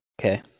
okay